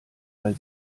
weil